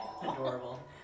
Adorable